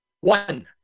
One